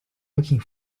looking